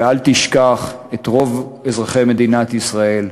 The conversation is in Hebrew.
ואל תשכח את רוב אזרחי מדינת ישראל.